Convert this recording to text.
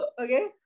okay